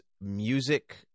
music